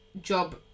job